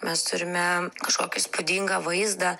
mes turime kažkokį įspūdingą vaizdą